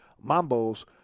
Mambo's